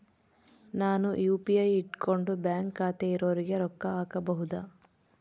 ನಾನು ಯು.ಪಿ.ಐ ಇಟ್ಕೊಂಡು ಬ್ಯಾಂಕ್ ಖಾತೆ ಇರೊರಿಗೆ ರೊಕ್ಕ ಹಾಕಬಹುದಾ?